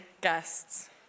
guests